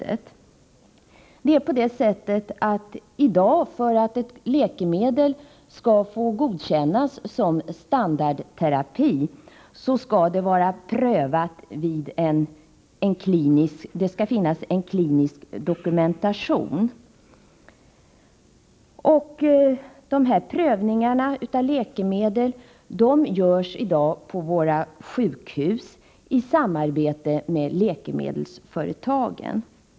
I dag är det så, att för att ett läkemedel skall godkännas som standardterapi skall det finnas en klinisk dokumentation. Sådana här prövningar av läkemedel görs i dag på våra sjukhus i samarbete med läkemedelsföretagen.